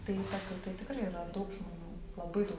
tai tokių tai tikrai yra daug žmonių labai daug